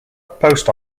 post